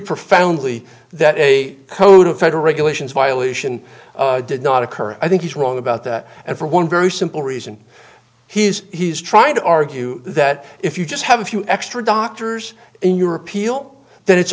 profoundly that a code of federal regulations violation did not occur i think he's wrong about that and for one very simple reason he's he's trying to argue that if you just have a few extra doctors in your appeal then it's